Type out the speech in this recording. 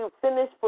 finish